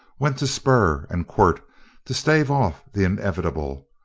went to spur and quirt to stave off the inevitable,